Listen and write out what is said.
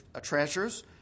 treasures